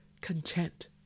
content